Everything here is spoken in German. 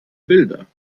bilder